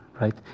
right